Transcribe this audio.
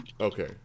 Okay